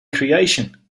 creation